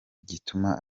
gituma